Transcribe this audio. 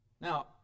Now